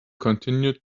continued